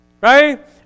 Right